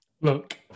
Look